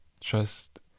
Trust